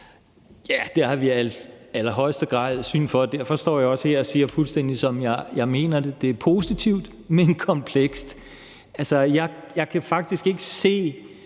Ja, det har vi i allerhøjeste grad syn for, og derfor står jeg også her og siger, fuldstændig som jeg mener det, at det er positivt, men komplekst. Jeg kan faktisk ikke se,